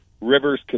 Rivers